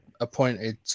appointed